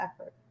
effort